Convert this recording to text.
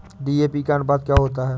DAP का अनुपात क्या होता है?